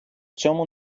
цьому